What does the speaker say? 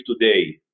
today